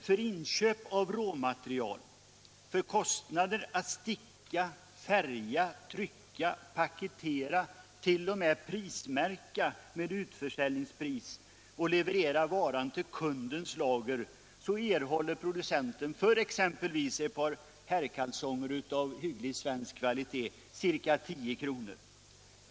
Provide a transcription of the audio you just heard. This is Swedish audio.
För inköp av råmaterial, kostnader för att sticka, färga, trycka, paketera, t.o.m. märka med minutförsäljningspris och leverera varan till kundens lager erhåller producenten för exempelvis ett par herrkalsonger av hygglig svensk kvalitet ca 10 kr.